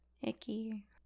Icky